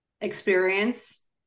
experience